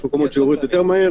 יש מקומות שיורד יותר מהר,